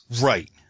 Right